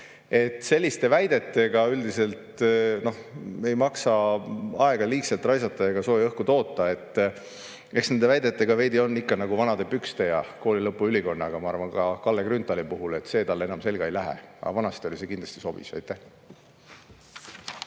Selliste väidetega üldiselt ei maksa aega liigselt raisata ega sooja õhku toota. Eks nende väidetega veidi on nii nagu vanade pükste ja koolilõpuülikonnaga, ma arvan, et ka Kalle Grünthali puhul [kehtib]: enam selga ei lähe, aga vanasti kindlasti sobis. Aitäh!